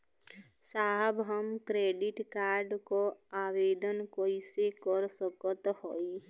साहब हम credit card क आवेदन कइसे कर सकत हई?